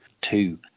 Two